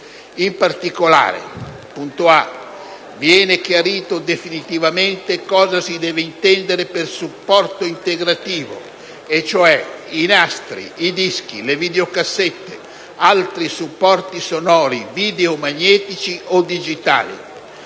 In particolare, viene chiaramente definito cosa si deve intendere per supporto integrativo, e cioè i nastri, i dischi, le videocassette, altri supporti sonori, videomagnetici o digitali,